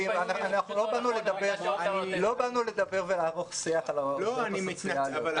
------ לא באנו לדבר ולערוך שיח על העובדות הסוציאליות.